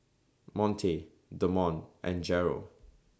Monte Demond and Jeryl